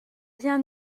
rien